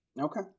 Okay